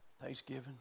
thanksgiving